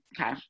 Okay